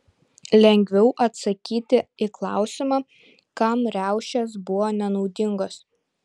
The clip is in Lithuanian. lengviau atsakyti į klausimą kam riaušės buvo nenaudingos